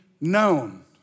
known